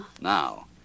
Now